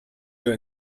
your